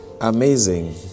amazing